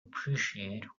appreciate